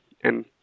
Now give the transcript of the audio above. And-